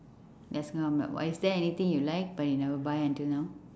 yes is there anything you like but you never buy until now